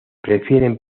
prefieren